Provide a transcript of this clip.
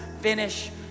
finish